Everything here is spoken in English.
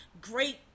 great